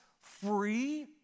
free